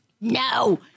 No